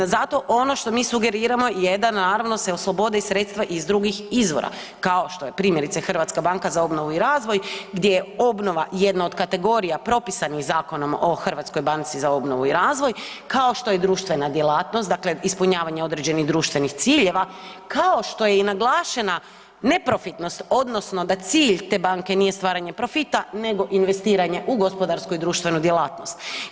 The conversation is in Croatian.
No, zato ono što mi sugeriramo je da naravno se oslobode i sredstva iz drugih izvora kao što je primjerice Hrvatska banaka za obnovu i razvoj gdje je obnova jedna od kategorija propisanih Zakonom o Hrvatskoj banci za obnovu i razvoj kao što je društvena djelatnost, dakle ispunjavanje određenih društvenih ciljeva kao što je i naglašena neprofitnost odnosno da cilj te banke nije stvaranje profita nego investiranje u gospodarsku i društvenu djelatnosti.